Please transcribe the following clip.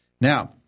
Now